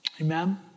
Amen